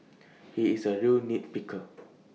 he is A real nit picker